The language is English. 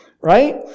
Right